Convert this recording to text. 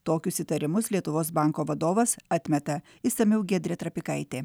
tokius įtarimus lietuvos banko vadovas atmeta išsamiau giedrė trapikaitė